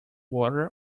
water